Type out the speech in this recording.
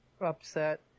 upset